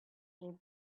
gave